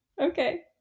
Okay